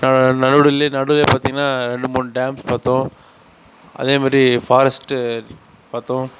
நடு வழிலே நடுவே பார்த்தீங்கன்னா ரெண்டு மூணு டேம்ஸ் பார்த்தோம் அதேமாதிரி ஃபாரஸ்ட்டு பார்த்தோம்